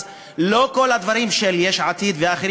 אז לא כל הדברים של יש עתיד והאחרים,